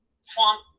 swamp